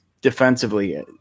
defensively